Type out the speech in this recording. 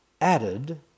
added